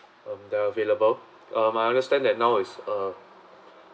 um they're available um I understand that now is uh